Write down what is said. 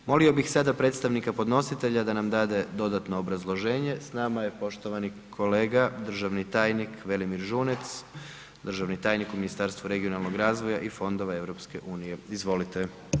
Molio bih sada predstavnika podnositelja da nam dade dodatno obrazloženje, s nama je poštovani kolega državni tajnik Velimir Žunec, državni tajnik u Ministarstvu regionalnog razvoja i fondova EU, izvolite.